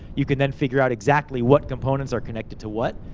you can then figure out exactly what components are connected to what,